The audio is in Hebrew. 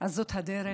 אז זאת הדרך